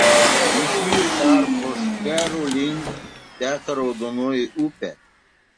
iš jų tarpo šcherų link teka raudona upė